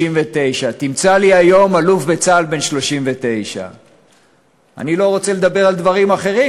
39. תמצא לי היום אלוף בצה"ל בן 39. אני לא רוצה לדבר על דברים אחרים,